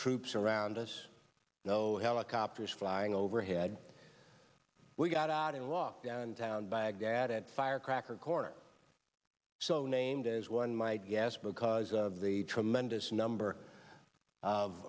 troops around us no helicopters flying overhead we got out and walked downtown baghdad firecracker corner so named as one might guess because of the tremendous number of